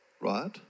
right